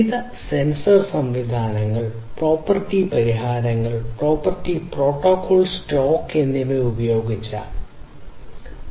വിവിധ സെൻസർ സംവിധാനങ്ങൾ പ്രോപ്പീർറ്റി പരിഹാരങ്ങൾ പ്രോപ്പീർറ്റി പ്രോട്ടോക്കോൾ സ്റ്റാക്ക് എന്നിവ ഉപയോഗിച്ചേക്കാം